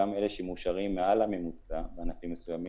גם אלה שמאושרים מעל הממוצע בענפים מסוימים,